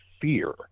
fear